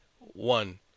one